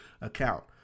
account